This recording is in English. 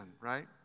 right